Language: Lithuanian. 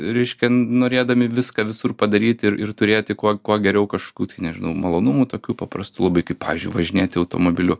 reiškia norėdami viską visur padaryt ir ir turėti kuo kuo geriau kažkokių tai nežinau malonumų tokių paprastų labai kaip pavyzdžiui važinėti automobiliu